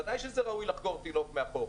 ודאי שראוי לחגור תינוק מאחור.